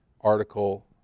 article